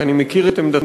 כי אני מכיר את עמדתך,